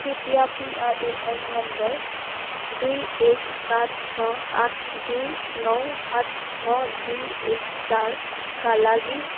कृपया PRAN number दुई एक सात छ आठ दुई नौ आठ छ दुई एक चारका लागि